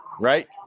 Right